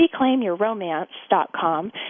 reclaimyourromance.com